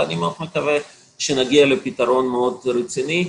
אני מאוד מקווה שנגיע לפתרון מאוד רציני.